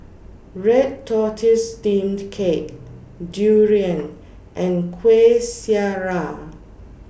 Red Tortoise Steamed Cake Durian and Kueh Syara